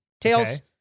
Tails